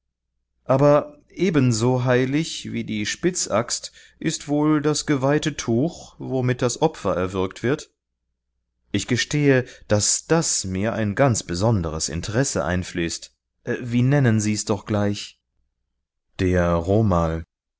aber ebenso heilig wie die spitzaxt ist wohl das geweihte tuch womit das opfer erwürgt wird ich gestehe daß das mir ein ganz besonderes interesse einflößt wie nennen sie's doch gleich der romal